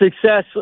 success